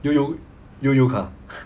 悠游悠游卡